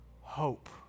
hope